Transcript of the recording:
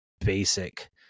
basic